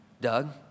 Doug